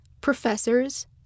professors